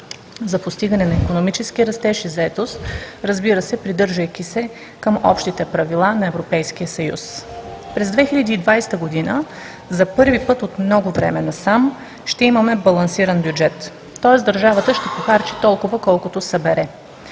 за постигане на икономически растеж и заетост, разбира се, придържайки се към общите правила на Европейския съюз. През 2020 г. за първи път от много време насам ще имаме балансиран бюджет, тоест държавата ще похарчи толкова, колкото събере.